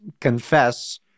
confess